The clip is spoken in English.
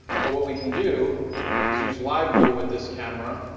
but what we can do is use live view with this camera